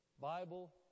Bible